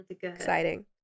exciting